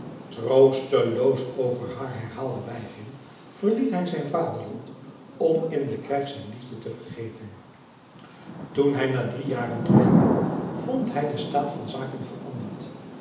troosteloos over haar herhaalde weigering verliet hij zijn vaderstad om in den krijg zijn liefde te vergeten toen hij na drie jaren terugkwam vond hij den staat van zaken veranderd